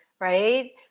Right